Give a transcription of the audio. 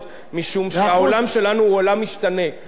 וחלק מן העיתונים שנמצאים היום במצב קשה, תודה.